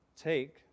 take